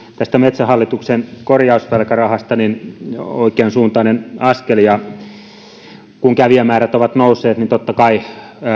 tästä metsähallituksen korjausvelkarahasta se on oikeansuuntainen askel kun kävijämäärät ovat nousseet niin totta kai